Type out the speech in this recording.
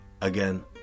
again